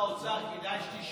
אדוני סגן שר האוצר, כדאי שתשמע.